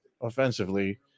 offensively